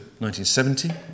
1970